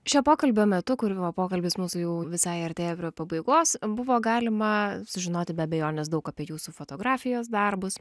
šio pokalbio metu kur jau pokalbis mūsų jau visai artėja prie pabaigos buvo galima sužinoti be abejonės daug apie jūsų fotografijos darbus